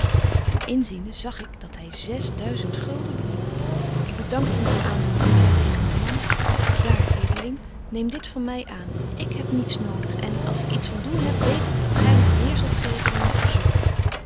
hem inziende zag ik dat hy beliep ik bedankte met aandoening en zei tegen myn man daar edeling neem dit van my aan ik heb niets nodig en als ik iets van doen heb weet ik dat gy my meer zult geven dan ik verzoek